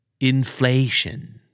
Inflation